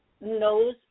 knows